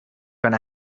going